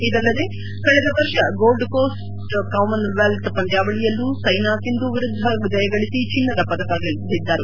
ಇದಲ್ಲದೆ ಕಳೆದ ವರ್ಷ ಗೋಲ್ಡ್ ಕೋರ್ಸ್ಟ್ ಕಾಮನ್ವೆಲ್ತ ಪಂದ್ಕಾವಳಿಯಲ್ಲೂ ಸೈನಾ ಸಿಂಧು ವಿರುದ್ದ ಜಯಗಳಿಸಿ ಚಿನ್ನ ಪದಕ ಗೆದ್ಲಿದ್ದರು